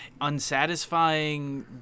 unsatisfying